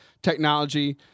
Technology